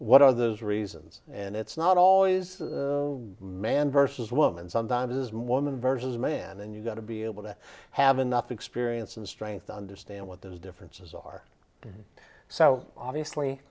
what are those reasons and it's not always man versus woman sometimes it is mormon versus man and you've got to be able to have enough experience and strength to understand what those differences are and so obviously